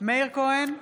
מאיר כהן,